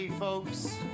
Folks